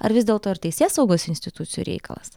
ar vis dėlto ir teisėsaugos institucijų reikalas